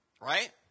Right